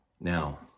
Now